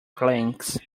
planks